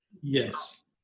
Yes